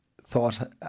thought